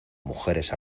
mujeres